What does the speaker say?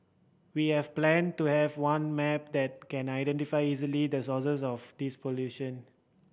we have a plan to have one map that can identify easily the sources of this pollution